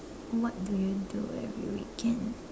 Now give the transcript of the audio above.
what do you do every weekend